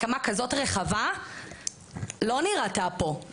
הסכמה כזאת רחבה לא נראתה פה,